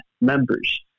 members